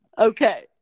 Okay